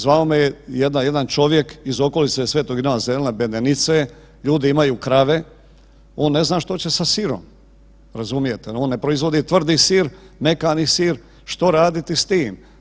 Zvao me je jedan čovjek iz okolice Svetog Ivana Zeline … ljudi imaju krave on ne zna što će sa sirom razumijete, on proizvodi tvrdi sir, mekani sir što raditi s tim.